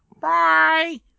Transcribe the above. Bye